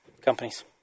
companies